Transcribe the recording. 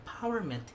empowerment